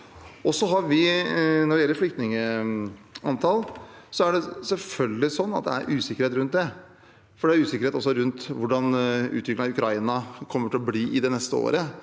Når det gjelder antallet flyktninger, er det selvfølgelig en usikkerhet rundt det, for det er også usikkerhet rundt hvordan utviklingen i Ukraina kommer til å bli det neste året.